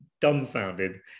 dumbfounded